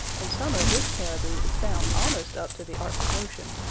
in summer this caribou is found almost up to the arctic ocean,